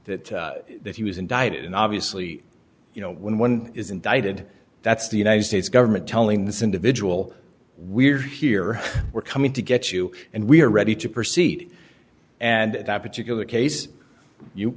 that that he was indicted and obviously you know when one is indicted that's the united states government telling this individual we're here we're coming to get you and we are ready to proceed and that particular case you